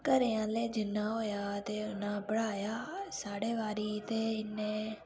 घरें आह्लें जिन्ना होएआ ते उन्ना पढ़ाया स्हाड़े बारी ते इन्ने